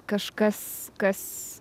kažkas kas